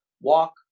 walk